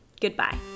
Goodbye